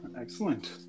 Excellent